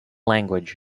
language